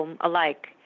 alike